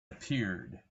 appeared